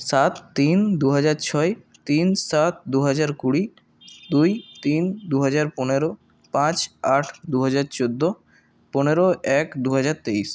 সাত তিন দুহাজার ছয় তিন সাত দুহাজার কুড়ি দুই তিন দুহাজার পনেরো পাঁচ আট দুহাজার চোদ্দো পনেরো এক দুহাজার তেইশ